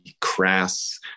crass